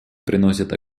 приносят